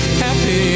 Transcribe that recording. happy